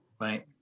right